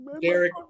Derek